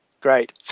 great